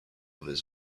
his